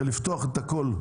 זה לפתוח את הכול.